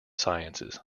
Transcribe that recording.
sciences